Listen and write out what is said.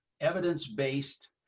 evidence-based